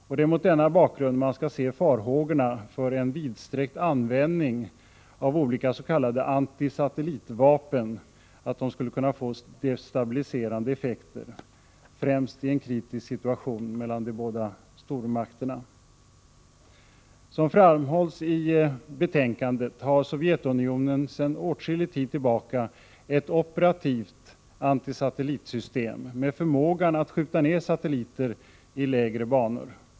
Och det är mot denna bakgrund man skall se farhågorna för att en vidsträckt användning av olika s.k. antisatellitvapen skulle kunna få destabiliserande effekter, främst i en kritisk situation mellan de båda stormakterna. Som framhålls i betänkandet har Sovjetunionen sedan åtskillig tid tillbaka ett operativt antisatellitsystem med förmågan att skjuta ner satelliter i lägre banor.